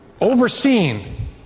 overseen